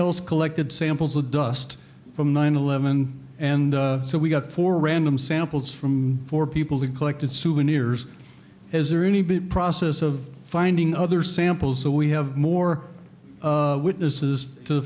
else collected samples of dust from nine eleven and so we got four random samples from four people who collected souvenirs is there any be process of finding other samples so we have more witnesses to the